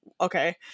okay